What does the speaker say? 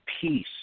Peace